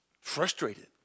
frustrated